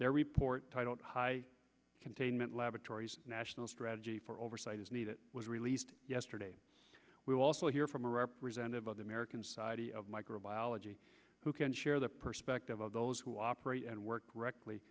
their report titled high containment laboratories national strategy for oversight is needed was released yesterday we also hear from a representative of the american society of microbiology who can share the perspective of those who operate and work directly